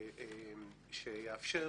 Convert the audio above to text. שיאפשר